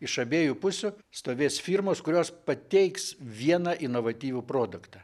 iš abiejų pusių stovės firmos kurios pateiks vieną inovatyvų produktą